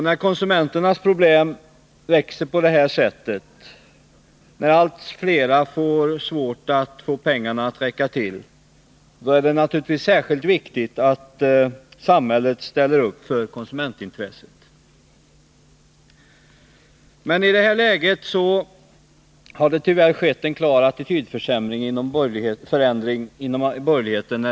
När konsumenternas problem växer på detta sätt och allt flera får svårt att få pengarna att räcka till, är det naturligtvis särskilt viktigt att samhället ställer upp för konsumentintresset. I detta läge har det beträffande konsumentpolitiken tyvärr skett en klar attitydförändring inom borgerligheten.